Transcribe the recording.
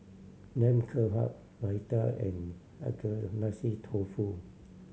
Lamb Kebab Raita and Agedashi Dofu